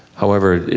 however,